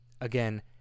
Again